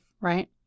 Right